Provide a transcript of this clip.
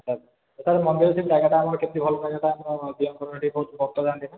ଆଚ୍ଛା ସେଠି ମନ୍ଦିର ଯେଉଁ ଜାଗାଟା ଆମେ କେମିତି ଭଲ କରିବା ଦିଅଁଙ୍କର ବହୁତ ଭକ୍ତ ଯାଆନ୍ତି ନା